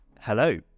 Hello